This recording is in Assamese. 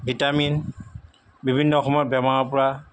ভিটামিন বিভিন্ন সময়ত বেমাৰৰ পৰা